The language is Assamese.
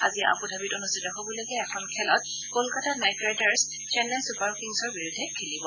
আজি আবুধাবিত অনুষ্ঠিত হবলগীয়া এখন খেলত কলকাতা নাইট ৰাইডাৰ্ছে চেন্নাই ছুপাৰ কিংছৰ বিৰুদ্ধে খেলিব